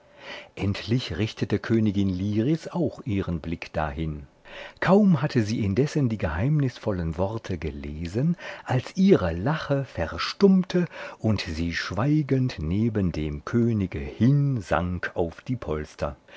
endlich richtete königin liris auch ihren blick dahin kaum hatte sie indessen die geheimnisvollen worte gelesen als ihre lache verstummte und sie schweigend neben dem könige hinsank auf die polster